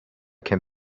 can